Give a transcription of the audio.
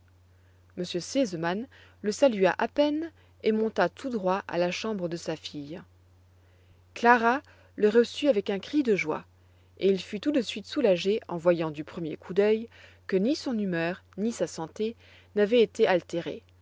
sesemann le salua à peine et monta tout droit à la chambre de sa fille clara le reçut avec un cri de joie et il fut tout de suite soulagé en voyant du premier coup d'œil que ni son humeur ni sa santé n'avaient été altérées